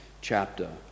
chapter